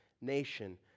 nation